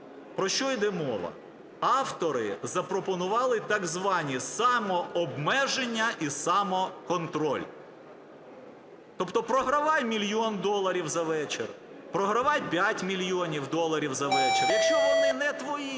Про що іде мова? Автори запропонували так звані самообмеження і самоконтроль. Тобто програвай мільйон доларів за вечір, програвай 5 мільйонів доларів за вечір. Якщо вони не твої,